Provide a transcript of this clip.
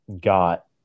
got